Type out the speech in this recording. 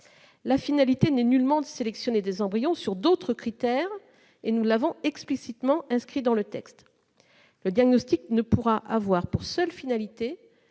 La finalité n'est nullement de sélectionner des embryons sur d'autres critères ; nous l'avons explicitement inscrit dans le texte. Le diagnostic ne pourra avoir pour seule fin